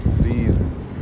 seasons